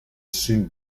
soon